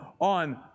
on